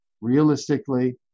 realistically